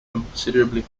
considerably